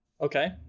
Okay